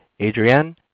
Adrienne